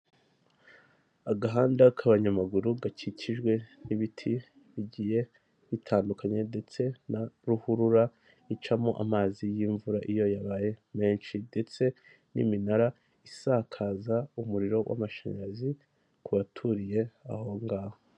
Agahanda k'abanyamaguru gakikijwe n'ibiti bigiye bitandukanye ndetse na ruhurura icamo amazi y'imvura iyo yabaye menshi ndetse n'iminara isakaza umuriro w'amashanyarazi ku baturiye ahongaho.